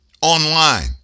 online